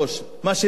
מה שהם אמרו,